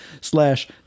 slash